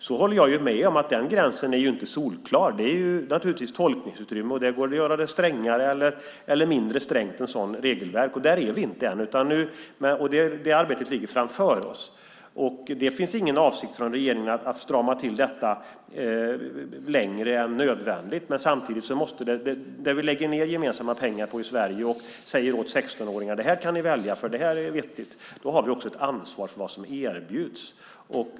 Jag håller med om att den gränsen inte är solklar. Det finns naturligtvis tolkningsutrymme. Det går att göra en sådant regelverk strängare eller mindre strängt. Där är vi inte än. Det arbetet ligger framför oss. Det finns ingen avsikt från regeringen att strama till detta längre än nödvändigt. Men om vi lägger ned gemensamma pengar på något i Sverige och säger åt 16-åringar att det här kan ni välja, för det är vettigt har vi också ett ansvar för vad som erbjuds.